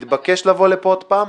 מתבקש לבוא לפה עוד פעם.